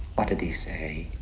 what did he say?